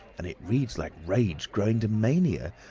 and it reads like rage growing to mania!